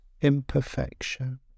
imperfection